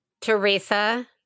Teresa